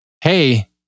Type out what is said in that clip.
hey